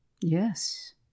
Yes